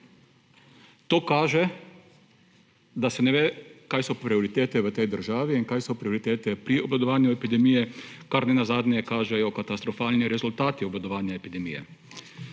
To kaže, da se ne ve, kaj so prioritete v tej državi in kaj so prioritete pri obvladovanju epidemije, kar nenazadnje kažejo katastrofalni rezultati obvladovanja epidemije.